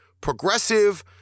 progressive